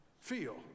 feel